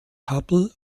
hubble